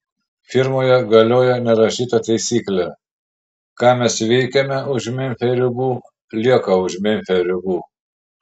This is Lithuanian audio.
firmoje galioja nerašyta taisyklė ką mes veikiame už memfio ribų lieka už memfio ribų